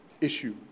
issue